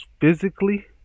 physically